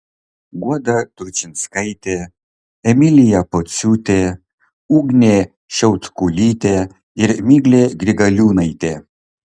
guoda tručinskaitė emilija pociūtė ugnė šiautkulytė ir miglė grigaliūnaitė